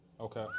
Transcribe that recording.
Okay